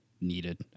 needed